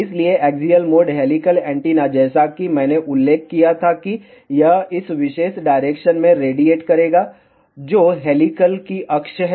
इसलिए axial mode helical antenna जैसा कि मैंने उल्लेख किया था कि यह इस विशेष डायरेक्शन में रेडिएट करेगा जो हेलिक्स की अक्ष है